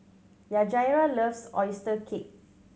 Yajaira loves oyster cake